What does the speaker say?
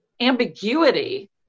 ambiguity